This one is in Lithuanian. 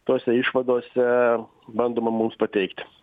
tose išvadose bandoma mums pateikti